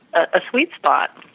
a sweet spot